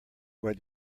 where